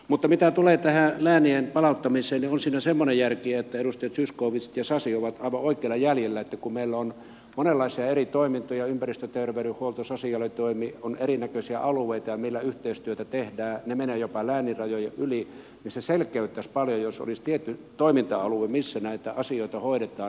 mutta mitä tulee tähän läänien palauttamiseen niin on siinä semmoinen järki edustajat zyskowicz ja sasi ovat aivan oikeilla jäljillä että kun meillä on monenlaisia eri toimintoja ympäristö terveydenhuolto sosiaalitoimi on erinäköisiä alueita ja meillä yhteistyötä tehdään ne menevät jopa lääninrajojen yli niin se selkeyttäisi paljon jos olisi tietty toiminta alue millä näitä asioita hoidetaan